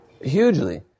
Hugely